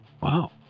Wow